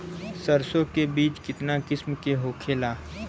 सरसो के बिज कितना किस्म के होखे ला?